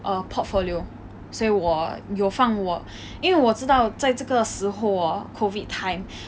err portfolio 所以我有放我因为我知道在这个时候 hor COVID time